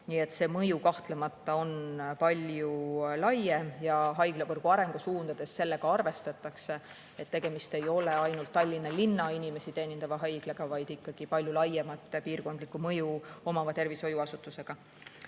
Nii et see mõju kahtlemata on palju laiem ja haiglavõrgu arengusuundades sellega arvestatakse, et tegemist ei ole ainult Tallinna linna inimesi teenindava haiglaga, vaid ikkagi palju laiemat piirkondlikku mõju omava tervishoiuasutusega.